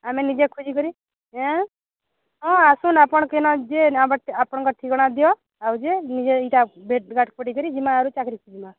ଆମେ ନିଜେ ଖୋଜିକରି ଆଁ ହଁ ଆସୁନ ଆପଣ କେନ ଯେନ ଆପଣ ଆପଣଙ୍କର ଠିକଣା ଦିଅ ଆଉ ଯେ ନିଜେ ଏଇଟା ଭେଟ୍ ଭାଟ୍ ପଡ଼ିକରି ଯିବା ଆରୁ ଚାକିରି କରିବା